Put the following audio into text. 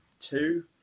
two